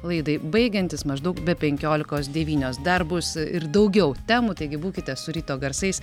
laidai baigiantis maždaug be penkiolikos devynios dar bus ir daugiau temų taigi būkite su ryto garsais